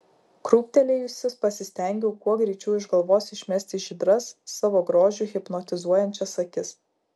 krūptelėjusi pasistengiau kuo greičiau iš galvos išmesti žydras savo grožiu hipnotizuojančias akis